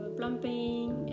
plumping